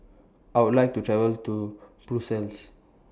I Would like to travel to Brussels